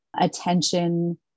attention